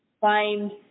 find